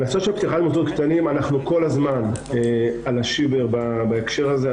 הנושא של פתיחת מוסדות קטנים אנחנו כל הזמן על השיבר בהקשר הזה.